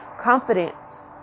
confidence